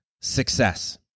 success